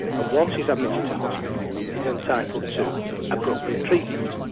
and once he's admitted to hospital, he's entitled to appropriate treatment,